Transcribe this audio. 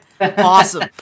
Awesome